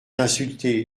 insulté